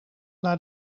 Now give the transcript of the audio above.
naar